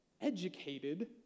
educated